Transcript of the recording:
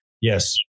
Yes